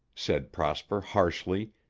said prosper harshly,